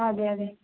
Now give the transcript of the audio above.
അതേ അതേ